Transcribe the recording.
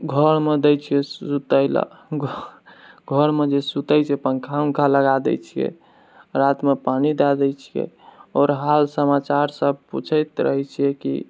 घरमे दए छिये सुतय लए घरमे जे सुतैछै पङ्खा वन्खा लगा देइ छिए रातमे पानि दय दए छिए आओर हाल समाचार सब पूछैत रहैत छिए कि